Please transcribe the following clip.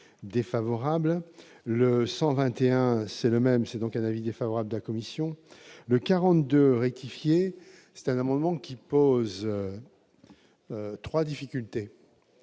défavorable, le 121 c'est le même, c'est donc un avis défavorable de la commission le 42 rectifier c'est un amendement qui pose 3 difficultés